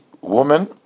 woman